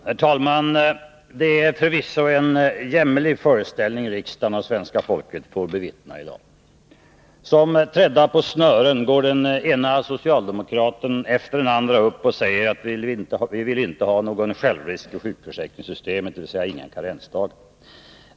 Herr talman! Det är förvisso en jämmerlig föreställning riksdagen och svenska folket får bevittna i dag. Som trädda på snören går den ena socialdemokraten efter den andra upp och säger att vi vill inte ha någon självrisk i sjukförsäkringssystemet, dvs. inga karensdagar.